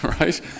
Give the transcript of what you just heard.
right